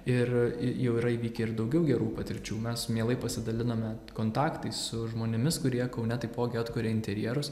ir jau yra įvykę ir daugiau gerų patirčių mes mielai pasidaliname kontaktais su žmonėmis kurie kaune taipogi atkuria interjerus